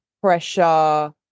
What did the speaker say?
pressure